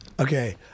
Okay